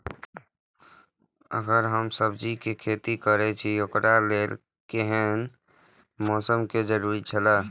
अगर हम सब्जीके खेती करे छि ओकरा लेल के हन मौसम के जरुरी छला?